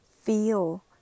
feel